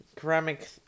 ceramic